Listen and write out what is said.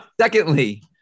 Secondly